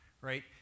right